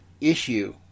issue